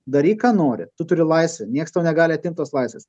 daryk ką nori tu turi laisvę nieks tau negali atimt tos laisvės